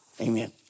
amen